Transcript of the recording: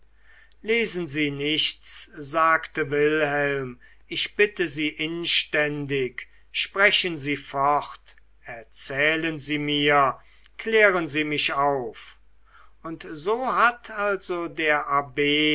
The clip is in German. lesen sie nichts sagte wilhelm ich bitte sie inständig sprechen sie fort erzählen sie mir klären sie mich auf und so hat also der abb